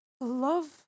love